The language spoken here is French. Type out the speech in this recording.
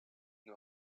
une